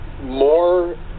more